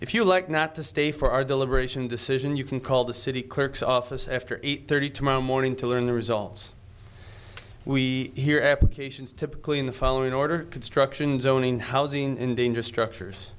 if you like not to stay for our deliberation decision you can call the city clerk's office after eight thirty tomorrow morning to learn the results we hear applications typically in the following order construction zone in housing in danger structures